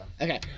Okay